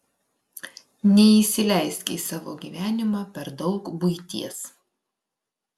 neįsileisk į savo gyvenimą per daug buities